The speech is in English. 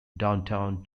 downtown